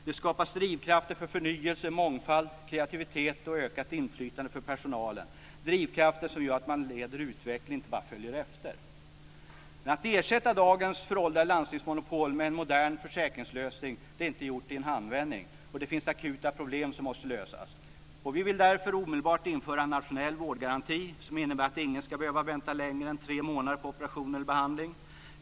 Det skapas drivkrafter för förnyelse, mångfald, kreativitet och ökat inflytande för personalen - drivkrafter som gör att man leder utvecklingen, inte bara följer efter. Att ersätta dagens föråldrade landstingsmonopol med en modern försäkringslösning är inte gjort i en handvändning. Det finns akuta problem som måste lösas. Vi vill därför omedelbart införa en nationell vårdgaranti som innebär att ingen ska behöva vänta längre än tre månader på operation eller behandling.